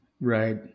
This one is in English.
right